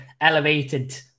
elevated